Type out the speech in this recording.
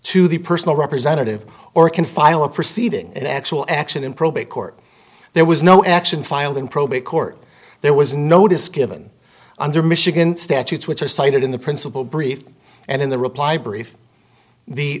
to the personal representative or can file a proceeding an actual action in probate court there was no action filed in probate court there was no disc yvan under michigan statutes which is cited in the principal brief and in the